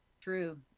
True